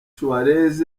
suarez